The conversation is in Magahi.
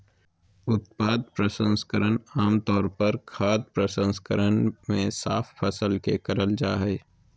उत्पाद प्रसंस्करण आम तौर पर खाद्य प्रसंस्करण मे साफ फसल के करल जा हई